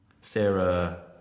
Sarah